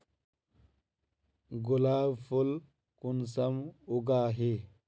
गुलाब फुल कुंसम उगाही?